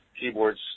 keyboard's